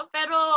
Pero